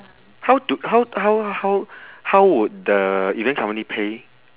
how do how how how how would the event company pay